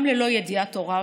גם ללא ידיעת הוריו,